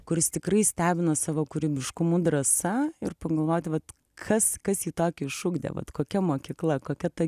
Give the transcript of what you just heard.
kuris tikrai stebina savo kūrybiškumu drąsa ir pagalvoti vat kas kas jį tokį išugdė vat kokia mokykla kokia ta